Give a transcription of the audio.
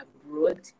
abroad